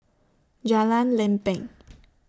Jalan Lempeng